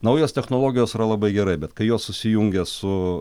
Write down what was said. naujos technologijos yra labai gerai bet kai jos susijungia su